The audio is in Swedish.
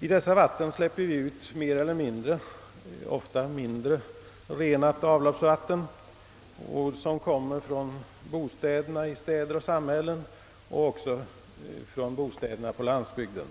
I dessa vatten släpper vi ut mer eller mindre — ofta mindre — renat avloppsvatten som kommer från bostäder i städer och samhällen och även från bostäder på landsbygden.